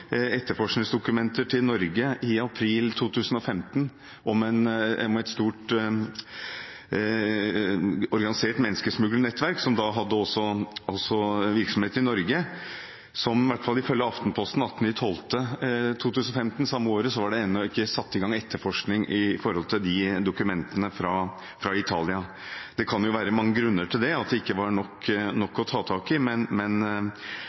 i april 2015 etterforskningsdokumenter til Norge om et stort, organisert menneskesmuglernettverk som også hadde virksomhet i Norge, og ifølge Aftenposten 18. desember samme år var det ennå ikke satt i gang etterforskning i forbindelse med de dokumentene fra Italia. Det kan jo være mange grunner til det, som at det ikke var nok å ta tak i, men